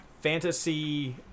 fantasy